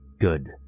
Good